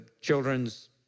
children's